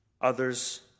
others